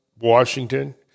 Washington